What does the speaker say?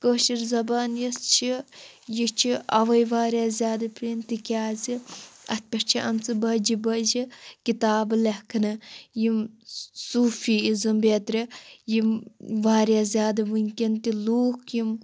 کٲشِر زبان یۄس چھِ یہِ چھِ اَوَے واریاہ زیادٕ پرٲنۍ تِکیٛازِ اَتھ پٮ۪ٹھ چھِ آمژٕ بَجہِ بَجہِ کِتابہٕ لٮ۪کھنہٕ یِم صوٗفی اِزٕم بیٚترِ یم واریاہ زیادٕ وٕنۍکٮ۪ن تہِ لوٗکھ یِم